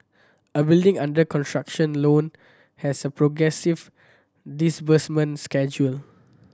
a building under construction loan has a progressive disbursement schedule